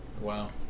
Wow